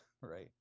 Right